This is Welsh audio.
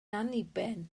anniben